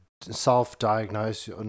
self-diagnose